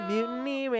Mutiny